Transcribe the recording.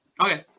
Okay